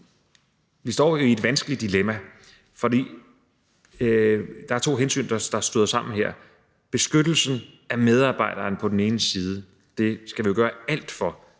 Vi står jo i et vanskeligt dilemma, fordi der her er to hensyn, der støder sammen. Beskyttelsen af medarbejderen på den ene side skal vi jo gøre alt for,